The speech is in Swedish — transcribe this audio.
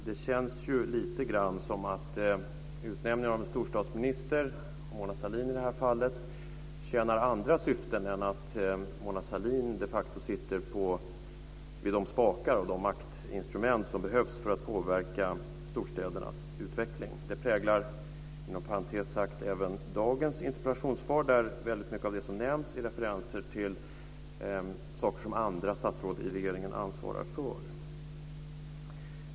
Det känns lite grann som om utnämningen av en storstadsminister, Mona Sahlin i det här fallet, tjänar andra syften än att Mona Sahlin de facto sitter vid de spakar och de maktinstrument som behövs för att påverka storstädernas utveckling. Det präglar inom parentes sagt även dagens interpellationssvar. Mycket av det som nämns där är referenser till saker som andra statsråd i regeringen ansvarar för.